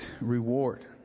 reward